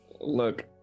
Look